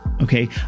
Okay